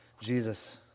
Jesus